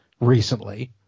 recently